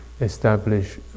establish